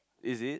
is it